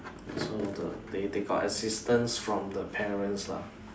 so the they they got assistance from the parents lah